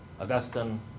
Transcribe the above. Augustine